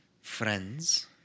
friends